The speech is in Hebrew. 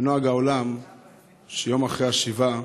בנוהג העולם שיום אחרי השבעה